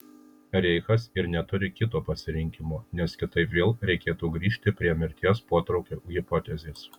reichas ir neturi kito pasirinkimo nes kitaip vėl reikėtų grįžti prie mirties potraukio hipotezės